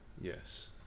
Yes